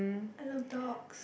I love dogs